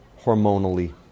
hormonally